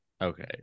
Okay